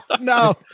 No